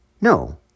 No